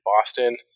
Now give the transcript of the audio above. Boston